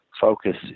focus